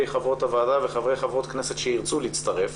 וחברות הוועדה וחברי וחברות כנסת שירצו להצטרף,